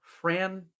Fran